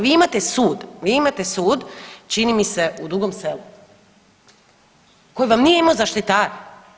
Vi imate sud, vi imate sud čini mi se u Dugom selu koji vam nije imao zaštitare.